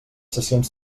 sessions